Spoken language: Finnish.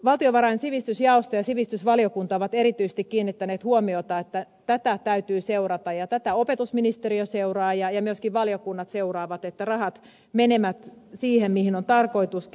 valtiovarainvaliokunnan sivistysjaosto ja sivistysvaliokunta ovat erityisesti kiinnittäneet huomiota että tätä täytyy seurata ja tätä opetusministeriö seuraa ja myöskin valiokunnat seuraavat että rahat menevät siihen mihin on tarkoituskin